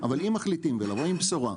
אבל אם מחליטים ולבוא עם בשורה,